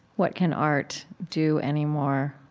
what can art do anymore?